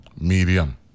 medium